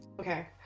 Okay